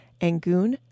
Angoon